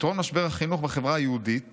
פתרון משבר החינוך בחברה היהודית